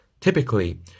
Typically